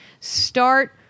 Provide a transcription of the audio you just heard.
start